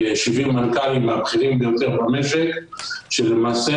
כ-70 מנכ"לים מהבכירים ביותר במשק שלמעשה